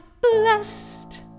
blessed